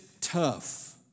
tough